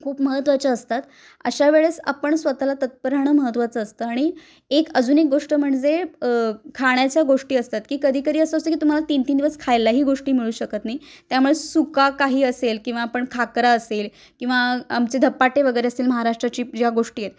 खूप महत्त्वाच्या असतात अशा वेळेस आपण स्वतःला तत्पर राहणं महत्त्वाचं असतं आणि एक अजून एक गोष्ट म्हणजे खाण्याच्या गोष्टी असतात की कधी कधी असं असतं की तुम्हाला तीन तीन दिवस खायलाही गोष्टी मिळू शकत नाही त्यामुळे सुका काही असेल किंवा आपण खाकरा असेल किंवा आमचे धपाटे वगैरे असेल महाराष्ट्राची ज्या गोष्टी आहेत